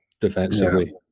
defensively